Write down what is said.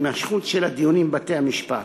ההימשכות של הדיונים בבתי-המשפט.